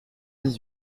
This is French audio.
dix